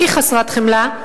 והכי חסרת חמלה,